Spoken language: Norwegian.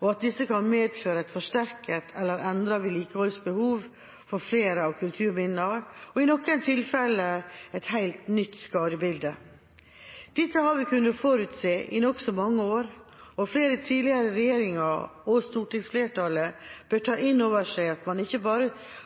og at disse kan medføre et forsterket eller endret vedlikeholdsbehov for flere av kulturminnene, i noen tilfeller et helt nytt skadebilde. Dette har vi kunnet forutse i nokså mange år, og flere tidligere regjeringer og stortingsflertall bør ta inn over seg at man ikke